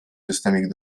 systemik